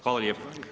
Hvala lijepo.